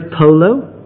polo